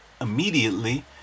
immediately